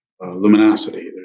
luminosity